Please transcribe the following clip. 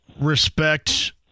respect